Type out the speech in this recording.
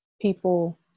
people